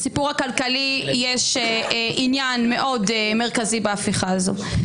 לסיפור הכלכלי יש עניין מאוד מרכזי בהפיכה הזאת.